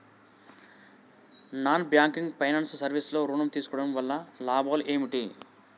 Non banking finance service లో ఋణం తీసుకోవడం వల్ల లాభాలు ఏమిటి?